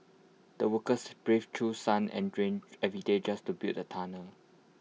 the workers braved through sun and rain every day just to build the tunnel